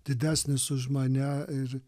didesnis už mane ir